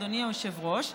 אדוני היושב-ראש,